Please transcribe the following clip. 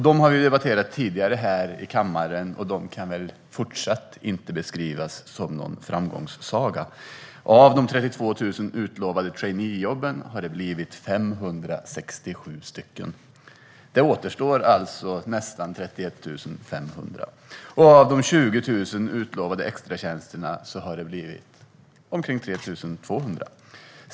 Dem har vi debatterat tidigare här i kammaren, och de kan fortsatt inte beskrivas som någon framgångssaga. Av de 32 000 utlovade traineejobben har det blivit 567 stycken. Det återstår alltså nästan 31 500 traineejobb. Av de 20 000 utlovade extratjänsterna har det blivit omkring 3 200 stycken.